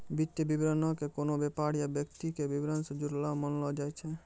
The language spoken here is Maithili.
वित्तीय विवरणो के कोनो व्यापार या व्यक्ति के विबरण से जुड़लो मानलो जाय छै